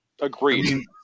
agreed